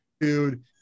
Dude